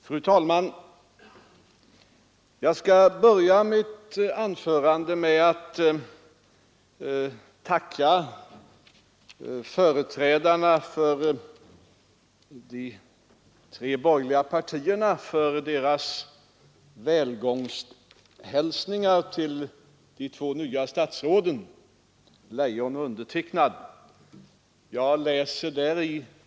Fru talman! Jag skall börja mitt anförande med att tacka företrädarna för de tre borgerliga partierna för deras välk omsthälsningar till de två nya statsråden — till Anna-Greta Leijon och mig själv.